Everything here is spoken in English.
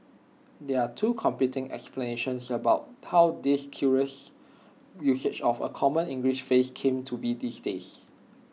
there are two competing explanations about how this curious usage of A common English phrase came to be these days